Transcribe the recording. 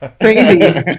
crazy